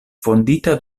fondita